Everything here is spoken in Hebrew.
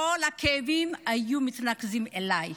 כל הכאבים היו מתנקזים אליי,